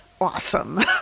awesome